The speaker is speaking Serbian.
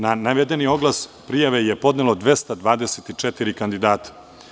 Na navedeni oglas prijave je podnelo 224 kandidata.